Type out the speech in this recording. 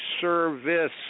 service